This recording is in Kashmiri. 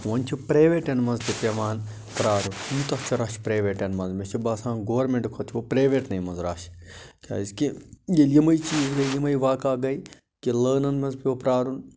وَنہِ چھُ پرٛیویٹَن منٛز تہِ پٮ۪وان پرٛارُن یوٗتاہ چھُ رَش چھُ پرٛیویٹَن منٛز مےٚ چھِ باسان گورمٮ۪نٛٹہٕ کھۄتہٕ چھُ پرٛیویٹٕنے منٛز رَش کیٛازِ کہِ ییٚلہِ یِمَے چیٖز ییٚلہِ یِمَے واقع گٔے کہِ لٲنَن منٛز پیوٚو پرٛارُن